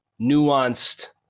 nuanced